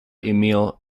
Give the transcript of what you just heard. emil